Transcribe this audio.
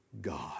God